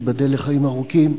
תיבדל לחיים ארוכים,